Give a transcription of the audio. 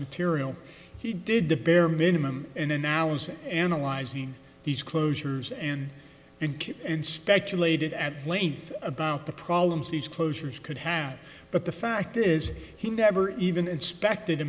material he did the bare minimum in analysing analyzing these closures and and and speculated at length about the problems these closures could have but the fact is he never even inspected